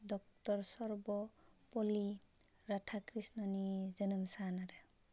doctor Sarvepalli राधाकृष्णनि जोनोम सान आरो